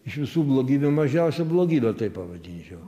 iš visų blogybių mažiausią blogybę taip pavadinčiau